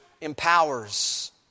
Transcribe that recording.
empowers